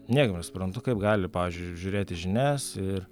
niekaip nesuprantu kaip gali pavyzdžiui žiūrėti žinias ir